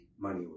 money